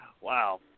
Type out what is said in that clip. wow